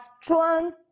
strong